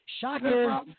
Shocker